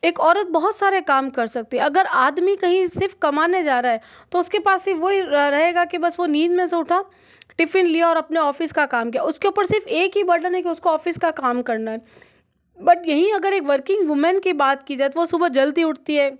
एक औरत बहुत सारे काम कर सकती है अगर आदमी कहीं सिर्फ कमाने जा रहा है तो उसके पास सिर्फ वही रहेगा कि वह नींद में से उठा टिफ़िन लिया और अपने ऑफिस का काम किया उसके ऊपर सिर्फ एक ही बर्डन हैं कि उसको ऑफिस का काम करना हैं बट यहीं अगर एक वर्किंग वुमन की बात की जाए तो वह सुबह जल्दी उठती है